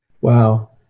Wow